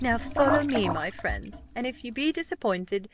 now follow me, my friends and if you be disappointed,